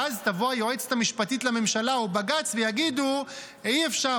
ואז יבואו היועצת המשפטית לממשלה או בג"ץ ויגידו: אי-אפשר,